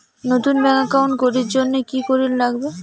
নতুন bank account করির জন্যে কি করিব নাগিবে?